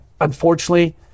unfortunately